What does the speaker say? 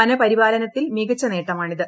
വനപരിപാലനത്തിൽ മികച്ച നേട്ടമാണിത്